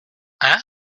hein